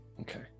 okay